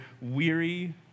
weary